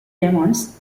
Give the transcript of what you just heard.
demons